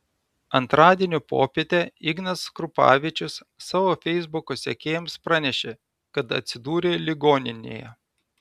antradienio popietę ignas krupavičius savo feisbuko sekėjams pranešė kad atsidūrė ligoninėje